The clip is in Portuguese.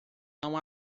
não